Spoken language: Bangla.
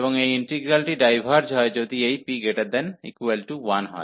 এবং এই ইন্টিগ্রালটি ডাইভার্জ হয় যদি এই p≥1 হয়